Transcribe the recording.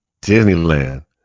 Disneyland